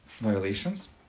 violations